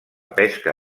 pesca